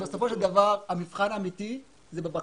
בסופו של דבר המבחן האמיתי הוא בבקרה.